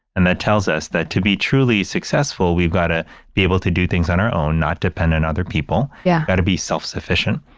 and that tells us that to be truly successful, we've got to be able to do things on our own, not depend on other people yeah got to be self-sufficient.